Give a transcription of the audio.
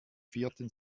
vierten